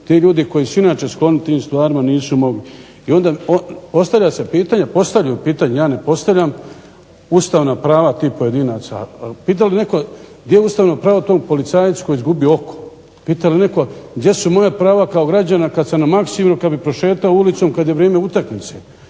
ti ljudi koji su inače skloni tim stvarima nisu mogli. I onda postavlja se pitanje postavljaju pitanje, ja ne postavljam ustavna prava tih pojedinca. Pa pita li netko gdje je ustavno pravo tom policajcu koji je izgubio oko? Pita li netko gdje su moja prava kao građana kada sam na Maksimiru kada bih prošetao ulicom kada je vrijeme utakmice